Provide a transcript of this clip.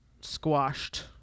squashed